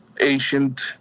ancient